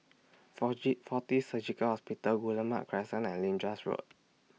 forge Fortis Surgical Hospital Guillemard Crescent and Lyndhurst Road